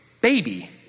baby